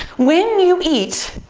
when you eat,